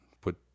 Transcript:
put